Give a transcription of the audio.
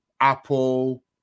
Apple